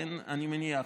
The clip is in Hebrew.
אני מניח,